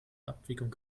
abwägung